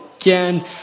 again